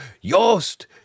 Yost